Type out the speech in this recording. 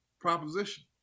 proposition